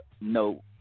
No